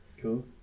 Cool